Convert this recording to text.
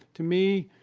to me,